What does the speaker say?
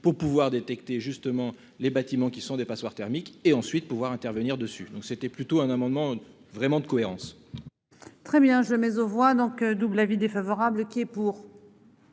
pour pouvoir détecter justement les bâtiments qui sont des passoires thermiques et ensuite pouvoir intervenir dessus, donc c'était plutôt un amendement vraiment de cohérence. Très bien, jamais aux voix donc double avis défavorable qui est pour.